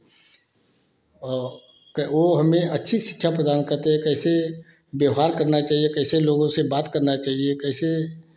वे हमें अच्छी शिक्षा प्रदान करते थे कैसे व्यवहार करना चाहिए कैसे लोगों से बात करना चाहिए कैसे